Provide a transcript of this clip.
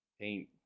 Paint